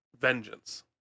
vengeance